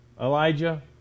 Elijah